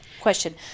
Question